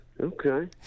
okay